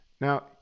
Now